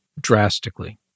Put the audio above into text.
drastically